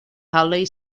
hawley